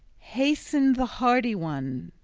hastened the hardy one,